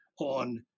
on